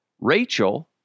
Rachel